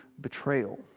betrayal